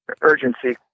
urgency